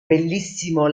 bellissimo